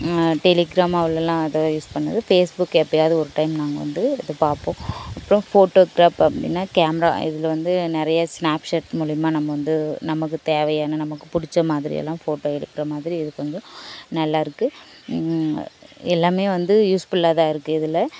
Telegram அவ்வளோல்லாம் அது use பண்ணது ஃபேஸ்புக் எப்போயாவது ஒரு டைம் நாங்கள் வந்து இது பார்ப்போம் அப்றம் ஃபோட்டோக்ராப் அப்படின்னா கேமரா இதில் வந்து நிறையா ஸ்னாப்சாட் மூலிமா நம்ம வந்து நமக்குத் தேவையான நமக்கு பிடிச்ச மாதிரியெல்லாம் ஃபோட்டோ எடுக்கிற மாதிரி இது கொஞ்சம் நல்லாயிருக்கு எல்லாமே வந்து யூஸ்ஃபுல்லாக தான் இருக்குது இதில்